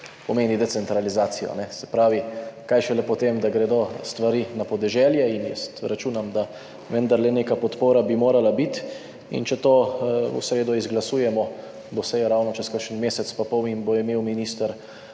pomeni decentralizacijo, se pravi, kaj šele potem, da gredo stvari na podeželje. Jaz računam, da bi vendarle neka podpora morala biti in če to v sredo izglasujemo, bo seja ravno čez kakšen mesec in pol in bo imel minister